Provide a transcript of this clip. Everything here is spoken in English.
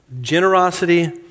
Generosity